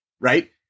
Right